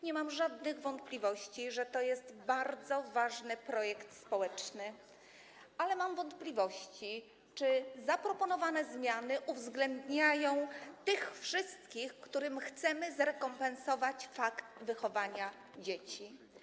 Nie mam żadnych wątpliwości, że jest to bardzo ważny projekt społeczny, ale mam wątpliwości, czy zaproponowane zmiany uwzględniają tych wszystkich, którym chcemy to zrekompensować, jeżeli chodzi o wychowanie dzieci.